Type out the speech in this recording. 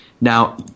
Now